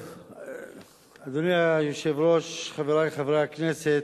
אדוני היושב-ראש, חברי חברי הכנסת,